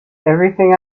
everything